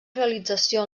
realització